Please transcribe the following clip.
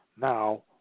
now